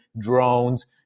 drones